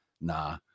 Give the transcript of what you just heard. Nah